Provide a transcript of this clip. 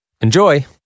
Enjoy